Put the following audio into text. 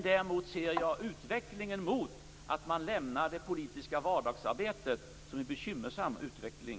Däremot ser jag utvecklingen mot att man lämnar det politiska vardagsarbetet som en bekymmersam utveckling.